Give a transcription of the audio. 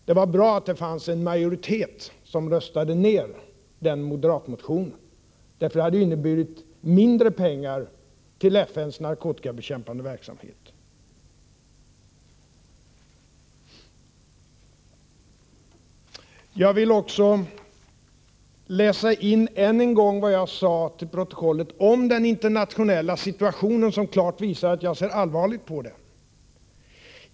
Det var bra att det fanns en majoritet, som röstade ned den moderatmotionen, eftersom det skulle ha inneburit mindre pengar till FN:s narkotikabekämpande verksamhet. Jag vill också än en gång läsa in till protokollet vad jag sade om den internationella situationen, vilket klart visar att jag ser allvarligt på den.